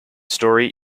story